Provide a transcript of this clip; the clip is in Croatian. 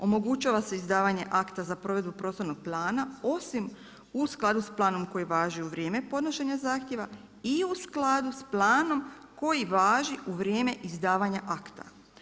Omogućava se izdavanje akta za provedbu prostornog plana osim u skladu s planom koji je važio u vrijeme podnošenja zahtjeva i u skladu s planom koji važi u vrijeme izdavanja akta.